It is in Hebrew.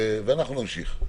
אנחנו נמשיך.